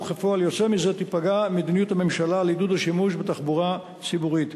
וכפועל יוצא מזה תיפגע מדיניות הממשלה לעידוד השימוש בתחבורה ציבורית.